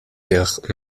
zich